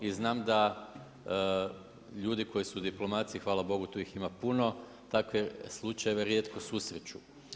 I znam da ljudi koji su u diplomaciji, hvala Bogu tu ih ima puno takve slučajeve rijetko susreću.